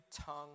tongue